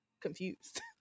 confused